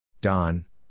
Don